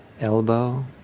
elbow